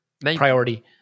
priority